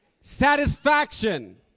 satisfaction